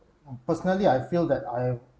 mm personally I feel that I've